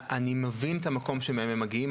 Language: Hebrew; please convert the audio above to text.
אני מבין את המקום שמהם הם מגיעים,